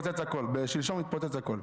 שלשום התפוצץ הכול.